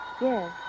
Yes